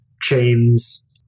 chains